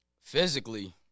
Physically